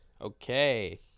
Okay